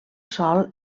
sòl